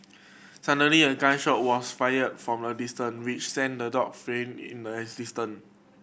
suddenly a gun shot was fired from a distance which sent the dog flee in an instant